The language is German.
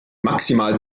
maximal